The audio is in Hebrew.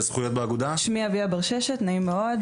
שמי אביה ברששת, נעים מאוד.